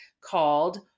called